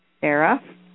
Sarah